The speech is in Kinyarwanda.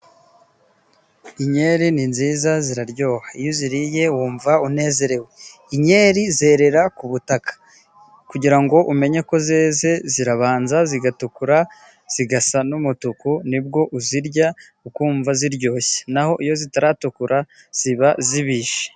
Inkeri ni nziza ziraryoha, iyo uziriye wumva unezerewe, inkeri zerera ku butaka. Kugira ngo umenye ko zeze zirabanza zigatukura, zigasa n'umutuku, ni bwo uzirya ukumva ziryoshye, na ho iyo zitaratukura ziba zibishye.